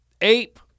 ape